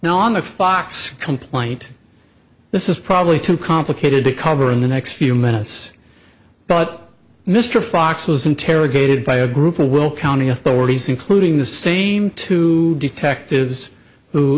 now on the fox complaint this is probably too complicated to cover in the next few minutes but mr fox was interrogated by a group of will county authorities including the same two detectives